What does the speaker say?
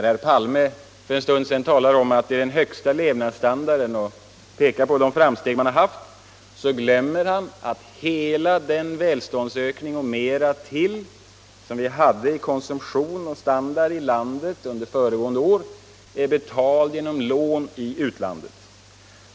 När herr Palme talar om ”den högsta levnadsstandarden” och pekar på de framsteg som har gjorts glömmer han att hela den välståndsökning i fråga om konsumtion och standard som vi hade i landet under föregående år, och mera därtill, är betalad genom lån i utlandet.